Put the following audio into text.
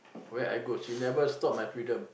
where I go she never stop my freedom